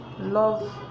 love